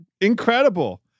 Incredible